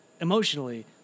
emotionally